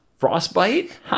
frostbite